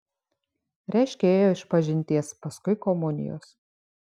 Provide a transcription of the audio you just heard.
reiškia ėjo išpažinties paskui komunijos